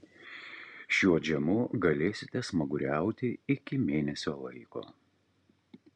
šiuo džemu galėsite smaguriauti iki mėnesio laiko